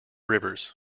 rivers